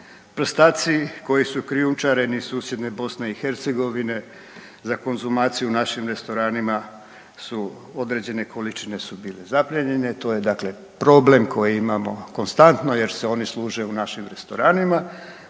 prstaci koji su krijumčareni iz susjedne BiH za konzumaciju u našim restoranima su određene količine su bile zaplijenjene. To je, dakle problem koji imamo konstantno jer se oni služe u našim restoranima,